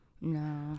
No